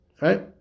right